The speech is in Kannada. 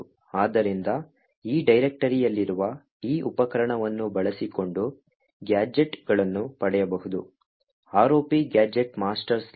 ಆದ್ದರಿಂದ ಈ ಡೈರೆಕ್ಟರಿಯಲ್ಲಿರುವ ಈ ಉಪಕರಣವನ್ನು ಬಳಸಿಕೊಂಡು ಗ್ಯಾಜೆಟ್ಗಳನ್ನು ಪಡೆಯಬಹುದು ROPGadget master